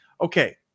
Okay